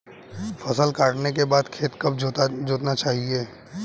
फसल काटने के बाद खेत कब जोतना चाहिये?